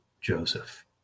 Joseph